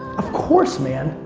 of course man,